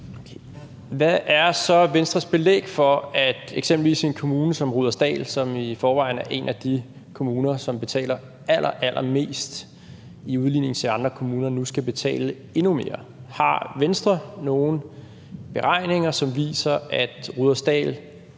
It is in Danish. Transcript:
Hvad er så Venstres belæg for, at eksempelvis en kommune som Rudersdal, som i forvejen er en af de kommuner, som betaler allermest i udligning til andre kommuner, nu skal betale endnu mere? Har Venstre nogen beregninger, som viser, at Rudersdal